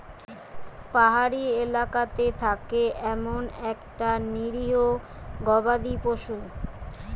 পাহাড়ি এলাকাতে থাকে এমন একটা নিরীহ গবাদি পশু